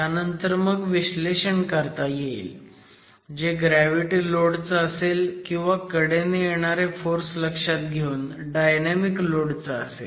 त्यानंतर मग विश्लेषण करता येईल जे ग्रॅव्हिटी लोड चं असेल किंवा कडेने येणारे फोर्स लक्षात घेऊन डायनॅमिक लोड चं असेल